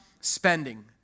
spending